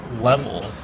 level